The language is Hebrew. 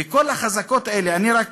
וכל החזקות האלה, אני רק